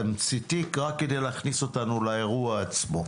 תמציתית רק כדי להכניס אותנו לאירוע עצמו.